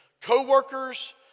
co-workers